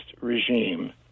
regime